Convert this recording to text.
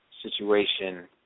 situation